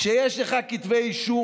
כשיש לך כתבי אישום,